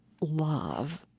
love